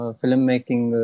filmmaking